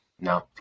No